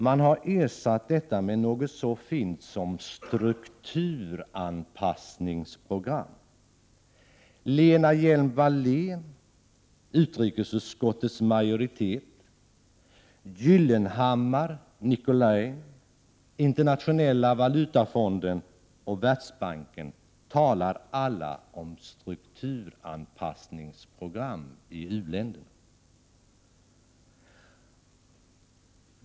Det har ersatts med något så fint som ”strukturanpassningsprogram”. Lena Hjelm-Wallén, utrikesutskottets majoritet, Gyllenhammar, Nicolin, IMF och Världsbanken talar alla om strukturanpassningsprogram i uländerna.